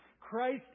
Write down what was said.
Christ